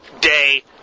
day